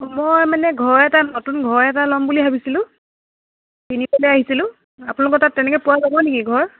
মই মানে ঘৰ এটা নতুন ঘৰ এটা ল'ম বুলি ভাবিছিলোঁ কিনিবলৈ আহিছিলোঁ আপোনালোকৰ তাত তেনেকৈ পোৱা যাব নেকি ঘৰ